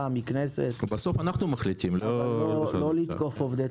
ומהכנסת אבל לא לתקוף עובד ציבור.